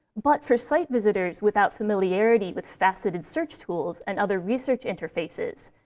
but for site visitors without familiarity with faceted search tools and other research interfaces,